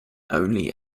only